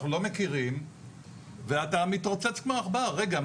אנחנו לא מכירים ואתה מתרוצץ כמו עכבר: רגע,